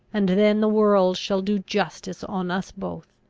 and then the world shall do justice on us both.